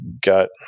got